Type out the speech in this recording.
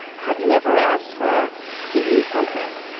have you ever asked her to give you something.